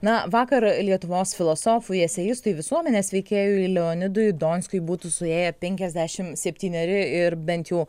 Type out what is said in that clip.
na vakar lietuvos filosofui eseistui visuomenės veikėjui leonidui donskiui būtų suėję penkiasdešimt septyneri ir bent jau